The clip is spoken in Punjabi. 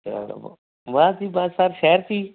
ਚਲੋ ਬਸ ਜੀ ਬਸ ਸਭ ਸ਼ਹਿਰ ਸੀ